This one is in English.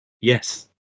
Yes